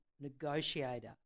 negotiator